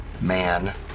man